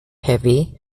heavy